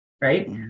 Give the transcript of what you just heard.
right